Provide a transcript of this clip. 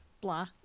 Blah